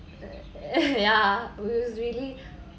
yeah it was really